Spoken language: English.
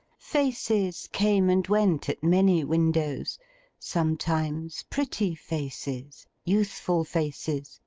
faces came and went at many windows sometimes pretty faces, youthful faces,